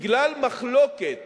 בגלל מחלוקת